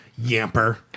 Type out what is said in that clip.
Yamper